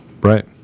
Right